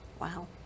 Wow